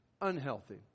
unhealthy